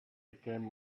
became